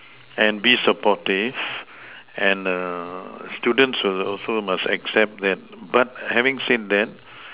and be supportive and err students were also must accept that but having said that